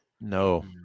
No